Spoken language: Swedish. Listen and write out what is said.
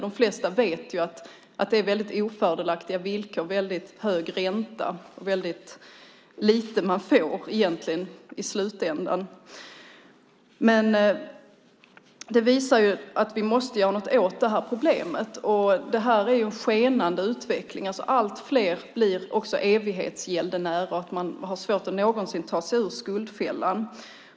De flesta vet att det är väldigt ofördelaktiga villkor och en väldigt hög ränta och att man egentligen får väldigt lite i slutändan. Men det visar att vi måste göra något åt det här problemet. Det är en skenande utveckling. Fler blir också evighetsgäldenärer. De har svårt att någonsin ta sig ur skuldfällan.